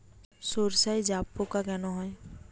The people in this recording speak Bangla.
সর্ষায় জাবপোকা কেন হয়?